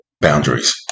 boundaries